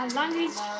language